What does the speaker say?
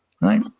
right